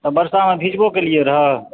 तऽ वर्षामे भीजबो केलियै रहऽ